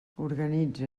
organitza